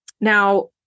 now